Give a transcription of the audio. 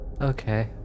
okay